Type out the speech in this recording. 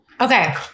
Okay